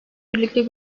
birlikte